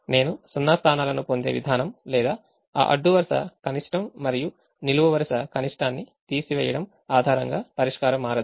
నేను 0 స్థానాలను పొందే విధానం లేదా ఆఅడ్డు వరుస కనిష్టం మరియు నిలువు వరుస కనిష్టాన్ని తీసివేయడం ఆధారంగా పరిష్కారం మారదు